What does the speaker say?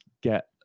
get